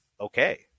okay